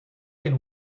can